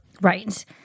Right